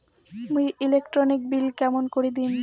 মুই electric bill কেমন করি দিম?